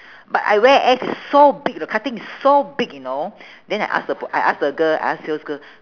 but I wear S is so big the cutting is so big you know then I ask the pr~ I ask the girl I ask sales girl